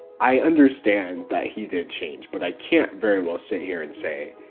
i understand that he did change, but i can't very well sit here and say,